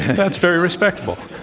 that's very respectful.